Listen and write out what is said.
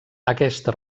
aquesta